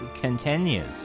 continues